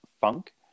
funk